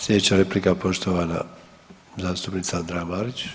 Sljedeća replika, poštovana zastupnica Andreja Marić.